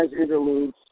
interludes